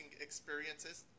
experiences